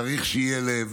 צריך שיהיה לב,